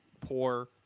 poor